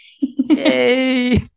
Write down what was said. Yay